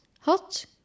hot